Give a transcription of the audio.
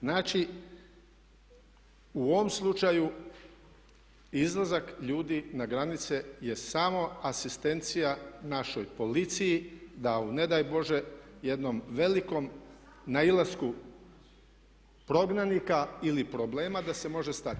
Znači u ovom slučaju izlazak ljudi na granice je samo asistencija našoj policiji da u ne daj Bože jednom velikom nailasku prognanika ili problema da se može stati.